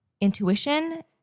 intuition